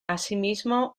asimismo